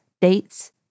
dates